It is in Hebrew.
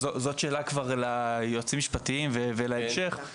אז זאת כבר שאלה ליועצים המשפטיים ולהמשך.